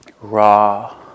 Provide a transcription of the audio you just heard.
raw